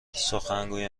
سخنگوی